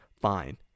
Fine